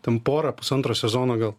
ten pora pusantro sezono gal